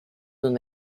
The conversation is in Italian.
non